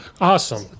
Awesome